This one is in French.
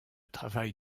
travail